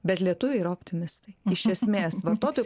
bet lietuviai yra optimistai iš esmės vartotojų